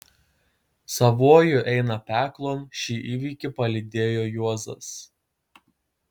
savuoju eina peklon šį įvykį palydėjo juozas